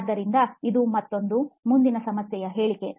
ಆದ್ದರಿಂದ ಅದು ಮತ್ತೊಂದು ಮುಂದಿನ ಸಮಸ್ಯೆ ಹೇಳಿಕೆ